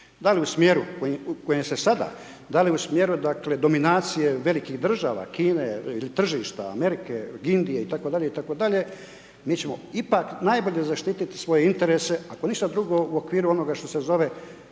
dal' u smjeru u kojem se sada, da li u smjeru, dakle, dominacije velikih država, Kine ili tržišta Amerike, Indije i tako dalje, i tako dalje, mi ćemo ipak najbolje zaštiti svoje interese, ako ništa drugo u okviru onoga što se zove